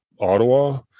ottawa